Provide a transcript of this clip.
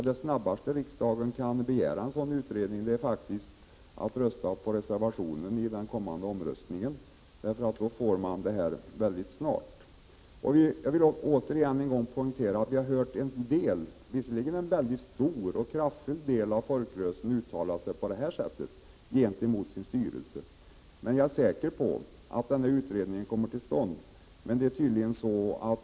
Det snabbaste sätt på vilken riksdagen kan begära en sådan utredning är att rösta för reservation 1 vid den kommande omröstningen. Då får man till stånd en utredning mycket snart. Jag vill återigen poängtera att vi hört en del av folkrörelsen, visserligen en mycket stor och kraftfull del, uttala sig mot en utredning gentemot sin styrelses uppfattning. Men jag är säker på att den här utredningen kommer till stånd.